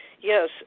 yes